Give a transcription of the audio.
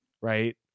right